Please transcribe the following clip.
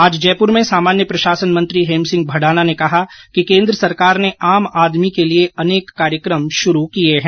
आज जयपूर में सामान्य प्रशासन मंत्री हेमसिंह भडाना ने कहा कि केन्द्र सरकॉर ने आम आदमी के लिए अनेक कार्यकम शुरू किए हैं